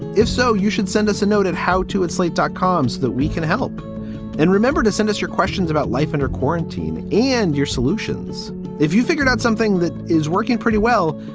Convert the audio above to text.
if so, you should send us a note at how to at slate dot coms that we can help and remember to send us your questions about life under quarantine. and your solutions if you figured out something that is working pretty well.